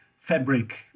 fabric